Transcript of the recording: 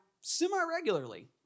semi-regularly